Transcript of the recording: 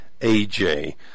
AJ